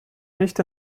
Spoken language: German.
nicht